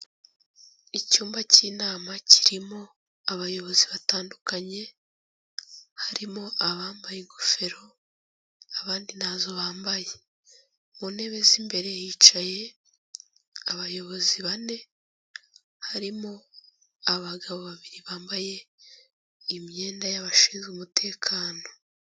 Icyumba cy'inama kirimo abayobozi batandukanye, harimo abambaye ingofero, abandi ntazo bambaye. Mu ntebe z'imbere hicaye abayobozi bane, harimo abagabo babiri bambaye imyenda y'abashinzwe umutekano.